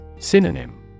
Synonym